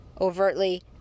overtly